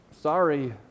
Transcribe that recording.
Sorry